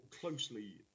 closely